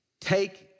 take